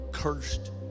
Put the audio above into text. Cursed